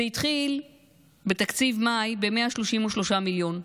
זה התחיל בתקציב מאי ב-133 מיליון,